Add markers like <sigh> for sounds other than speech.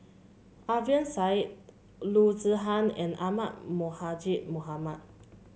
Alfian Sa'at Loo Zihan and Ahmad <unintelligible> Mohamad